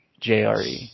JRE